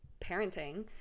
parenting